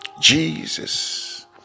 Jesus